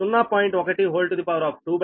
006713 0